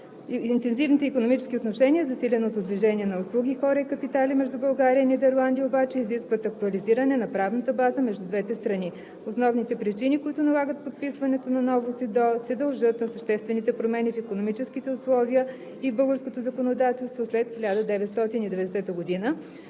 Интензивните икономически отношения и засиленото движение на услуги, хора и капитали между България и Нидерландия обаче изискват актуализиране на правната база между двете страни. Основните причини, които налагат подписването на нова СИДДО, се дължат на съществените промени в икономическите условия и в българското законодателство след 1990 г.